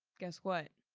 guess what,